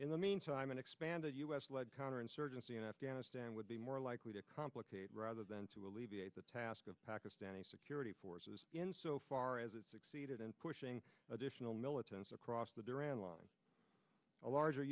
in the meantime an expanded u s led counterinsurgency in afghanistan would be more likely to complicate rather than to alleviate the task of pakistani security forces in so far as it succeeded in pushing additional militants across the duran line a larger